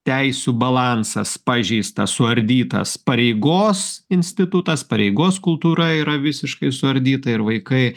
teisių balansas pažeistas suardytas pareigos institutas pareigos kultūra yra visiškai suardyta ir vaikai